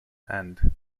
and